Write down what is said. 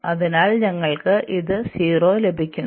അതിനാൽ ഞങ്ങൾക്ക് ഇത് 0 ലഭിക്കുന്നു